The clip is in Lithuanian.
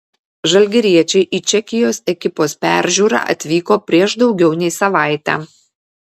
žalgiriečiai į čekijos ekipos peržiūrą atvyko prieš daugiau nei savaitę